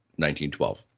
1912